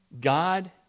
God